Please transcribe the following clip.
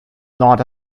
not